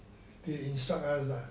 they instruct us ah